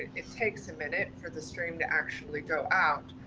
it takes a minute for the stream to actually go out.